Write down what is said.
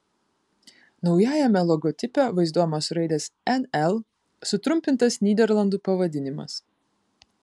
naujajame logotipe vaizduojamos raidės nl sutrumpintas nyderlandų pavadinimas